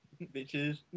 Bitches